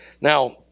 Now